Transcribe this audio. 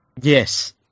Yes